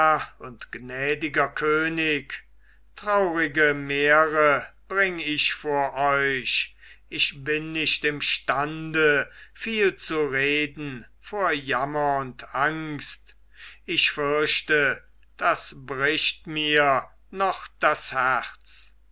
und gnädiger könig traurige märe bring ich vor euch ich bin nicht imstande viel zu reden vor jammer und angst ich fürchte das bricht mir noch das herz